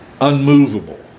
unmovable